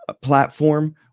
platform